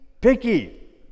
picky